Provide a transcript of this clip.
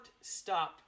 Stop